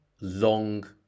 long